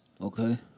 Okay